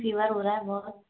fever हो रहा बहुत